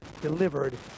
delivered